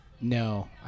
No